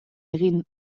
egin